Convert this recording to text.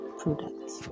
products